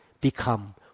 become